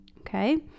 Okay